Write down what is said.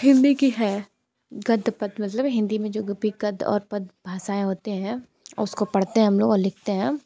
हिंदी की है गद्य पद्य मतलब हिंदी में जो गद्य और पद्य भाषाएं होती हैं उसको पढ़ते हैं और लिखते हैं